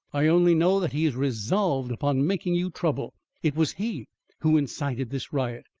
i only know that he is resolved upon making you trouble. it was he who incited this riot.